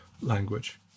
language